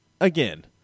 again